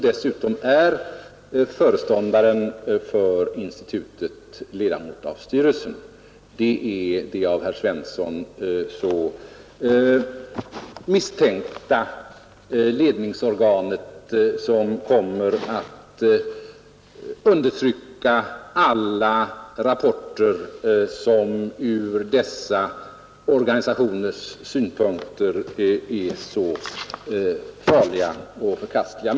Därtill är föreståndaren för institutet ledamot av styrelsen. Det är detta av herr Svensson i Malmö så misstänkta ledningsorgan som kommer att undertrycka alla rapporter som från dessa organisationers synpunkter kan uppfattas som farliga och förkastliga!